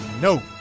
No